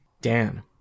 Dan